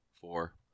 Four